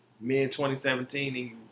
mid-2017